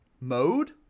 mode